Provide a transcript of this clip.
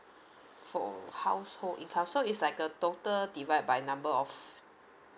for household income so is like a total divide by number of